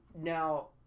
Now